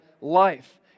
life